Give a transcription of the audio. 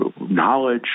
knowledge